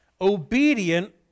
Obedient